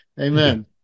Amen